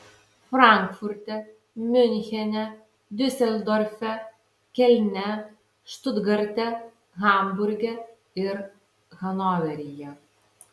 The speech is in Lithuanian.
frankfurte miunchene diuseldorfe kelne štutgarte hamburge ir hanoveryje